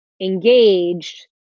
engaged